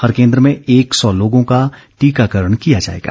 हर केन्द्र में एक सौ लोगों का टीकाकरण किया जाएगा